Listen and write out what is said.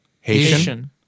Haitian